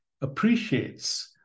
appreciates